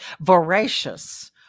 voracious